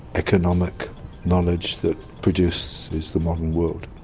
economic knowledge that produces the modern world.